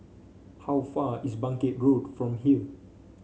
how far is Bangkit Road from here